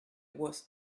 was